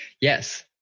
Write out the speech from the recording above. Yes